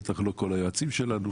בטח לא כל היועצים שלנו,